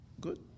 good